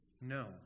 No